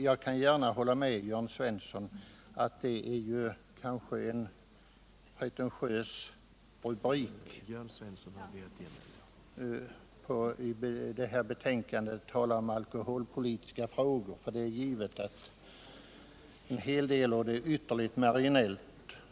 Jag kan gärna hålla med Jörn Svensson om att rubriken ”alkoholpolitiska frågor” i det här fallet är pretentiös. Det är givet att en del är ytterligt marginellt.